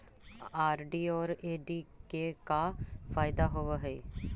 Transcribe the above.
RD और FD के का फायदा होव हई?